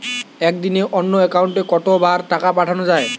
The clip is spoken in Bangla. একদিনে অন্য একাউন্টে কত বার টাকা পাঠানো য়ায়?